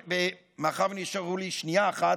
מאחר שנשארה לי שנייה אחת,